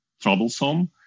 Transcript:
troublesome